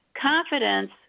confidence